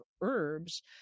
herbs